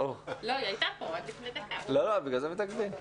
שתמיד ההשכלה הטכנולוגית איכשהו לא מצליחה